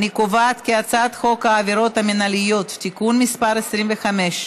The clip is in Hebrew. אני קובעת כי הצעת חוק העבירות המנהליות (תיקון מס' 25),